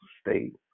state